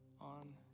on